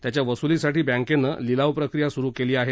त्याच्या वसुलीसाठी बँकेनं लिलाव प्रक्रिया सुरू केली आहे